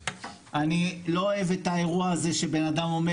אני לא אוהב את האירוע הזה שבן אדם אומר